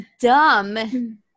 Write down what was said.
dumb